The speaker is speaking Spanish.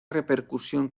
repercusión